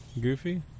goofy